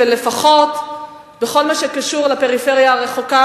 לפחות בכל מה שקשור לפריפריה הרחוקה,